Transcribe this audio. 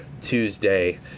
Tuesday